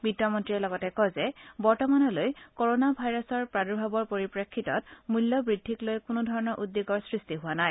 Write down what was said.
বিত্তমন্ত্ৰীয়ে লগতে কয় যে বৰ্তমানলৈ কৰোণা ভাইৰাছৰ প্ৰাদূৰ্ভাৱৰ পৰিপ্ৰেক্ষিতত মূল্য বৃদ্ধিক লৈ কোনো ধৰণৰ উদ্বেগৰ সৃষ্টি হোৱা নাই